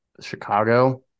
Chicago